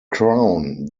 crown